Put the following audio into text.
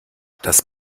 das